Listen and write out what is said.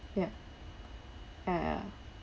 yup ya ya